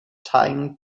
time